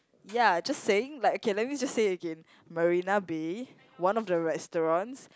ya just saying like okay let me just say again Marina-Bay one of the restaurants